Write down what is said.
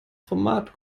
format